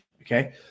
okay